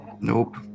Nope